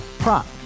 Prop